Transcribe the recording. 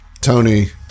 Tony